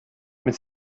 mit